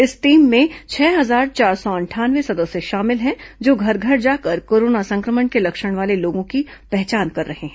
इस टीम में छह हजार चार सौ अंठानवे सदस्य शामिल हैं जो घर घर जाकर कोरोना संक्रमण के लक्षण वाले लोगों की पहचान कर रहे हैं